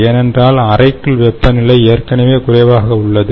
ஏனென்றால் அறைக்குள் வெப்பநிலை ஏற்கனவே குறைவாக உள்ளது